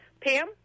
Pam